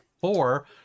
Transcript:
Four